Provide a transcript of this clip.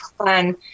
plan